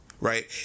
Right